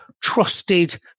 trusted